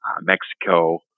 Mexico